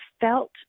felt